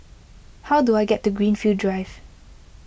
how do I get to Greenfield Drive